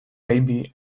baby